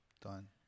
Done